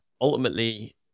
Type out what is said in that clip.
ultimately